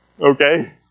Okay